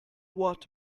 what